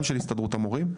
גם של הסתדרות המורים,